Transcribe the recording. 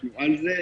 אנחנו על זה.